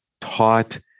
taught